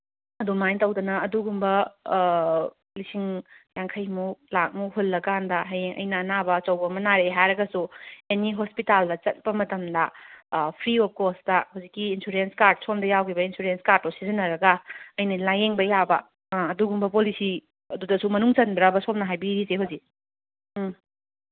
ꯑꯗꯨꯃꯥꯏꯅ ꯇꯧꯗꯅ ꯑꯗꯨꯒꯨꯝꯕ ꯂꯤꯁꯤꯡ ꯌꯥꯡꯈꯩꯃꯨꯛ ꯂꯥꯈꯃꯨꯛ ꯍꯨꯜꯂꯀꯥꯟꯗ ꯍꯌꯦꯡ ꯑꯩꯅ ꯑꯅꯥꯕ ꯑꯆꯧꯕ ꯑꯃ ꯅꯥꯔꯛꯑꯦ ꯍꯥꯏꯔꯒꯁꯨ ꯑꯦꯅꯤ ꯍꯣꯁꯄꯤꯇꯥꯜꯗ ꯆꯠꯄ ꯃꯇꯝꯗ ꯐꯤ ꯑꯣꯞ ꯀꯣꯁꯇ ꯍꯧꯖꯤꯛꯀꯤ ꯏꯟꯁꯨꯔꯦꯟꯁ ꯀꯥꯔꯠ ꯁꯣꯝꯗ ꯌꯥꯎꯒꯤꯕ ꯏꯟꯁꯨꯔꯦꯟꯁ ꯀꯥꯔꯠꯇꯣ ꯁꯤꯖꯤꯟꯅꯔꯒ ꯑꯩꯅ ꯂꯥꯌꯦꯡꯕ ꯌꯥꯕ ꯑꯥ ꯑꯗꯨꯒꯨꯝꯕ ꯄꯣꯂꯤꯁꯤ ꯑꯗꯨꯗꯁꯨ ꯃꯅꯨꯡ ꯆꯟꯕ꯭ꯔꯥꯕ ꯁꯣꯝꯅ ꯍꯥꯏꯕꯤꯔꯤꯁꯦ ꯍꯧꯖꯤꯛ ꯎꯝ